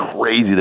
crazy